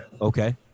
Okay